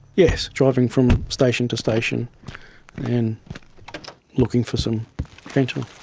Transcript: yes. driving from station to station and looking for some fentanyl.